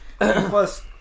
Plus